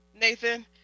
Nathan